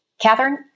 Catherine